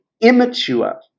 immature